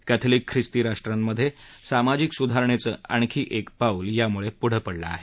Catholic खिस्ती राष्ट्रामधे सामाजिक सुधारणेचं आणखी एक पाऊल पुढं पडलं आहे